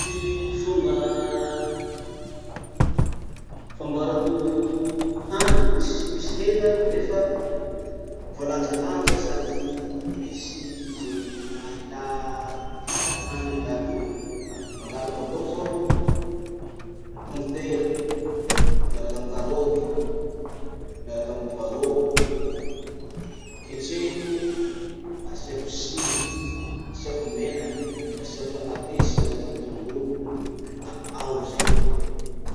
Ty fomba famboarako hany tsy misy hena nefa voalanjalanja sady misy ze raha ilà amy karaza hany iaby iaby io: mangalaky avao zaho pondetera miaraky amy karoty, miaraky amy poirot. Ketrehiko asiako sira, asiako menaky, asiako tamatesy miaraky amy tongolo, da ao zay.